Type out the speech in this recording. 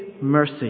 mercy